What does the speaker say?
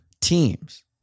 teams